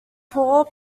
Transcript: poor